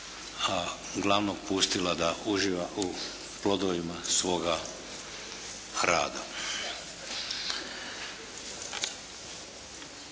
a glavnog pustila da uživa u plodovima svoga rada.